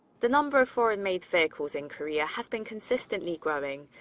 the number of foreign-made vehicles in korea has been consistently growing.